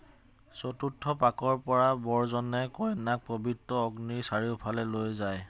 চতুৰ্থ পাকৰ পৰা বৰজনে কইনাক পবিত্ৰ অগ্নিৰ চাৰিওফালে লৈ যায়